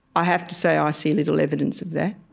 i have to say, i ah see little evidence of that